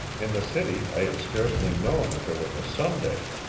in the city i had scarcely known that there was a sunday.